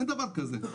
אין דבר כזה.